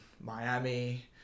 Miami